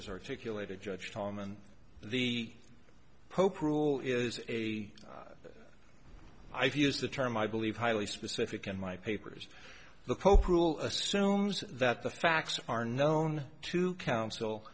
has articulated judged on and the pope rule is a i've used the term i believe highly specific in my papers the pope rule assumes that the facts are known to counsel